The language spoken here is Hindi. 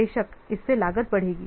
बेशक इससे लागत बढ़ेगी